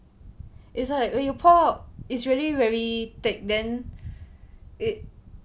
it's like when you pour out it's really very thick then it